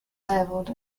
leveled